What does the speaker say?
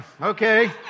Okay